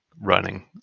running